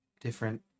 different